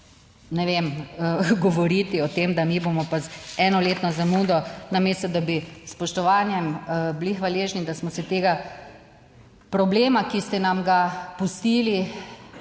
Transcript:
ne vem, govoriti o tem, da mi bomo pa z enoletno zamudo, namesto da bi s spoštovanjem bili hvaležni, da smo se tega problema, ki ste nam ga pustili